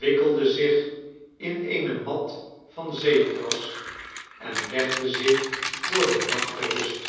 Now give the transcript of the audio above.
wikkelde zich in eene mat van zeegras en legde zich voor dennacht ter rust